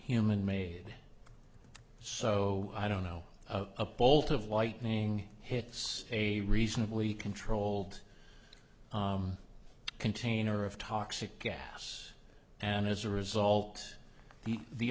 human made so i don't know of a bolt of lightning hits a reasonably controlled container of toxic gas and as a result the the